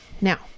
Now